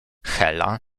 hela